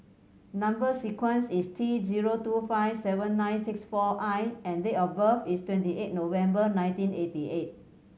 number sequence is T zero two five seven nine six four I and date of birth is twenty eight November nineteen eighty eight